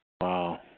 Wow